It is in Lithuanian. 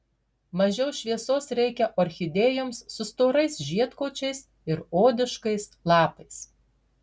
mažiau šviesos reikia orchidėjoms su storais žiedkočiais ir odiškais lapais